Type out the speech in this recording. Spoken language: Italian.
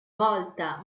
volta